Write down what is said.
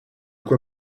quoi